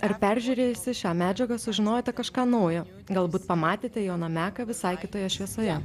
ar peržiūrėjusi šią medžiagą sužinojote kažką naujo galbūt pamatėte joną meką visai kitoje šviesoje